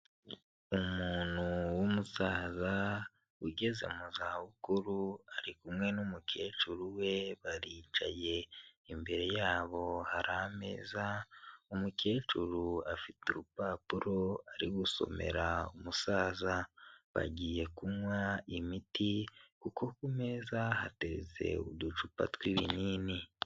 Umuntu w'umusaza ugeze mu zabukuru ari kumwe n'umukecuru we baricaye imbere yabo hari ameza, umukecuru afite urupapuro ari gusomera umusaza bagiye kunywa imiti kuko ku meza hatetse uducupa tw'ibinini.